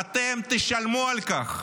אתם תשלמו על כך,